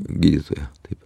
gydytoją taip